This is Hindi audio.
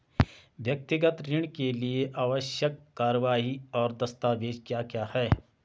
व्यक्तिगत ऋण के लिए आवश्यक कार्यवाही और दस्तावेज़ क्या क्या हैं?